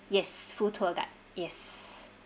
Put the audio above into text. yes full tour guide yes